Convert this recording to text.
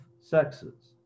sexes